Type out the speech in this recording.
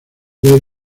vez